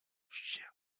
chien